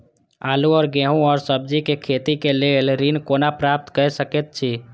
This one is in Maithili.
आलू और गेहूं और सब्जी के खेती के लेल ऋण कोना प्राप्त कय सकेत छी?